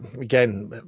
again